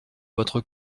votre